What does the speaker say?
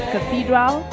Cathedral